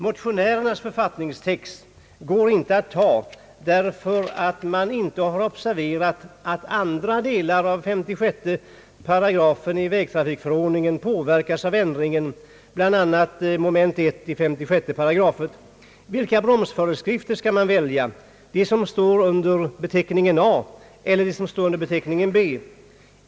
Motionärernas författningstext går inte att ta därför att man inte har observerat att andra delar av 56 8 vägtrafikförordningen påverkas av ändringen, bl.a. 1 mom. i 56 8. Vilka bromsföreskrifter skall man välja? De som står under a) eller de som står under b)?